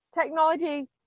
technology